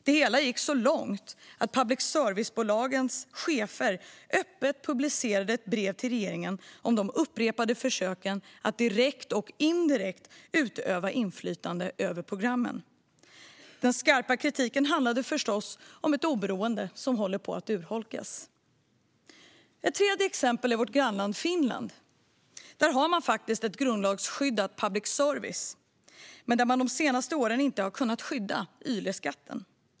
Det hela gick så långt att public service-bolagens chefer öppet publicerade ett brev till regeringen om de upprepade försöken att direkt och indirekt utöva inflytande över programmen. Den skarpa kritiken handlade förstås om ett oberoende som håller på att urholkas. Ett tredje exempel är vårt grannland Finland. Där har man faktiskt ett grundlagsskyddat public service, men man har de senaste åren inte kunnat skydda YLE-skatten.